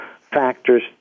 factors